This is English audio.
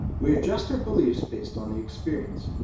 we adjust our beliefs based on the experience.